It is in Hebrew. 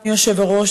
אדוני היושב-ראש,